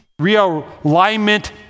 realignment